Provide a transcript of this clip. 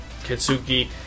Katsuki